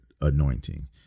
anointing